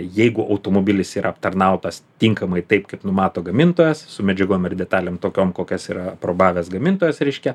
jeigu automobilis yra aptarnautas tinkamai taip kaip numato gamintojas su medžiagom ir detalėm tokiom kokias yra aprobavęs gamintojas reiškia